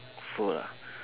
food ah